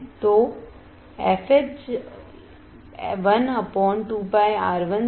तोfH 1 2πR1C1